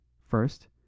First